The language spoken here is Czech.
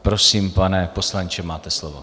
Prosím, pane poslanče, máte slovo.